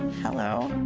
hello.